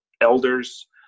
Elders